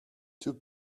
two